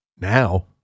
Now